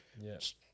Yes